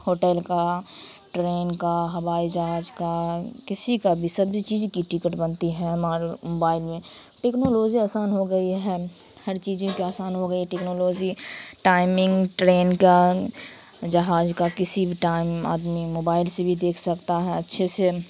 hotel کا train کا ہوائی جہاز کا کسی کا بھی سبھی چیز کی ٹکٹ بنتی ہے ہمارے موبائل میں ٹیکنالوجی آسان ہو گئی ہے ہر چیزوں کی آسان ہو گئی ہے ٹیکنالوزی ٹائمنگ ٹرین کا جہاز کا کسی بھی ٹائم آدمی موبائل سے بھی دیکھ سکتا ہے اچھے سے